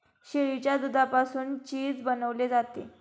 शेळीच्या दुधापासून चीज बनवले जाते